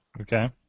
Okay